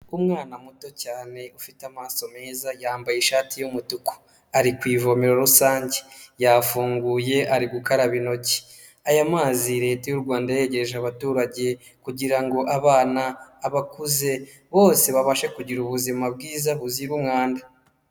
Kuba umwana muto cyane ufite amaso meza yambaye ishati y’umutuku ari ku ivomero rusange yafunguye ari gukaraba intoki aya mazi leta y'u Rwanda yayegereje abaturage kugirango abana , abakuze bose babashe kugira ubuzima bwiza buzira umwanda.